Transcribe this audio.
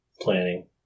planning